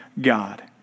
God